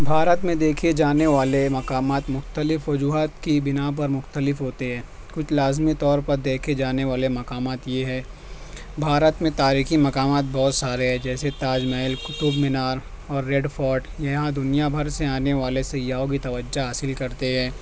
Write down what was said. بھارت میں دیکھے جانے والے مقامات مختلف وجوہات کی بنا پر مختلف ہوتے ہیں کچھ لازمی طور پر دیکھے جانے والے مقامات یہ ہے بھارت میں تاریخی مقامات بہت سارے ہے جیسے تاج محل قطب مینار اور ریڈ فورٹ یہ یہاں دنیا بھر سے آنے والے سیاحوں کی توجہ حاصل کرتے ہیں